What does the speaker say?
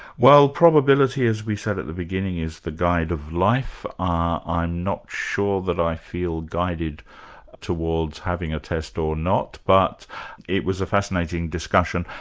well probability, as we said at the beginning, is the guide of life. ah i'm not sure that i feel guided towards having a test or not, but it was a fascinating discussion.